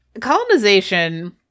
colonization